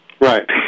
Right